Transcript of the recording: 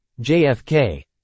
JFK